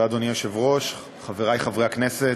אדוני היושב-ראש, תודה, חברי חברי הכנסת,